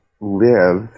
live